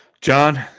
john